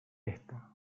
esta